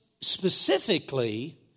specifically